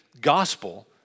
gospel